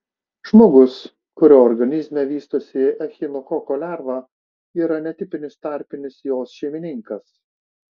žmogus kurio organizme vystosi echinokoko lerva yra netipinis tarpinis jos šeimininkas